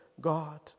God